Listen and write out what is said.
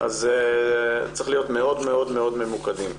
אז צריך להיות מאוד מאוד מאוד ממוקדים.